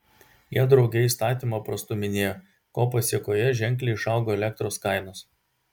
jie drauge įstatymą prastūminėjo ko pasėkoje ženkliai išaugo elektros kainos